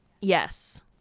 Yes